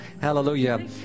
Hallelujah